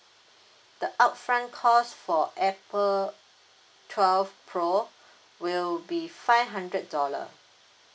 the upfront cost for apple twelve pro will be five hundred dollar